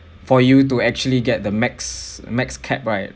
for you to actually get the max max cap right